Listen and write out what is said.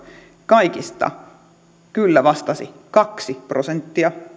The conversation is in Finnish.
kaikista vastaajista kyllä vastasi kaksi prosenttia